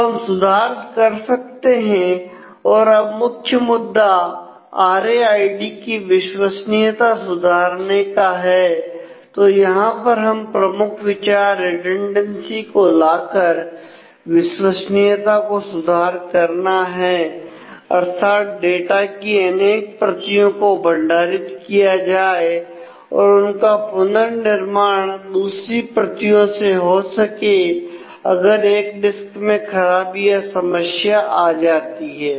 तो हम सुधार कर सकते हैं और अब मुख्य मुद्दा आर ए आई डी की विश्वसनीयता सुधारने का है तो यहां पर प्रमुख विचार रिडंडेंसी को लाकर विश्वसनीयता को सुधार करना है अर्थात डाटा कि अनेक प्रतियों को भंडारित किया जाए और उनका पुनर्निर्माण दूसरी प्रतियों से हो सके अगर एक डिस्क में खराबी या समस्या आ जाती है